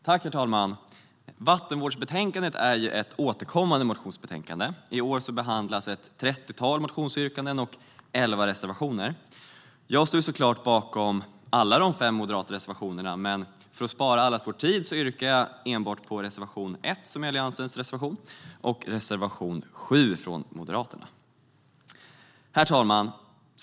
Herr talman! Vattenvårdsbetänkandet är ett återkommande motionsbetänkande. I år behandlas ett trettiotal motionsyrkanden och elva reservationer. Jag står såklart bakom alla de fem moderata reservationerna, men för att spara allas vår tid yrkar jag enbart bifall till reservation 1, som är Alliansens reservation, och reservation 7 från Moderaterna. Herr talman!